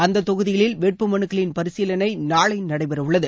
அந்த தொகுதிகளில் வேட்பு மனுக்களின் பரிசீலனை நாளை நடைபெறவுள்ளது